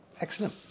Excellent